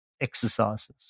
exercises